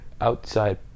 outside